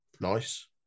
Nice